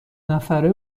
نفره